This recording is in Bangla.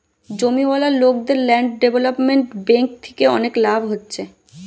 জমিওয়ালা লোকদের ল্যান্ড ডেভেলপমেন্ট বেঙ্ক থিকে অনেক লাভ হচ্ছে